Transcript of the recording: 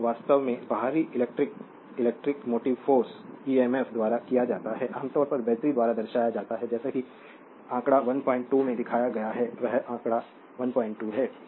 तो यह काम वास्तव में बाहरी electric electromotive force EMF द्वारा किया जाता है आमतौर पर बैटरी द्वारा दर्शाया जाता है जैसा कि आंकड़ा 12 में दिखाया गया है यह आंकड़ा 1 2 है